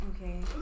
Okay